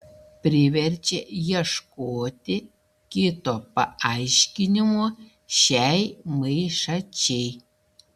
priverčia ieškoti kito paaiškinimo šiai maišačiai